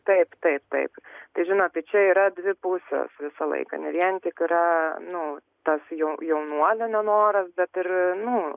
taip taip taip tai žinot tai čia yra dvi pusės visą laiką ne vien tik yra nu tas jo jaunuolio nenoras bet ir nu